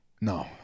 No